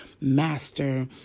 master